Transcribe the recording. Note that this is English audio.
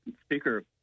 speaker